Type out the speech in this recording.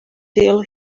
till